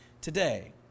today